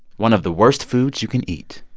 one of the worst foods you can eat.